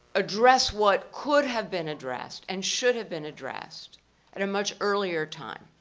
address what could have been addressed, and should have been addressed at a much earlier time.